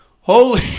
Holy